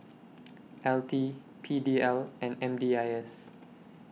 L T P D L and M D I S